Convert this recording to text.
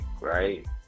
right